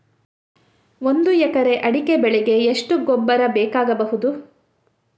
ಒಂದು ಎಕರೆ ಅಡಿಕೆ ಬೆಳೆಗೆ ಎಷ್ಟು ಗೊಬ್ಬರ ಬೇಕಾಗಬಹುದು?